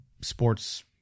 sports